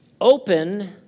open